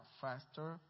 faster